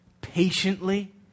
patiently